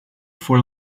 for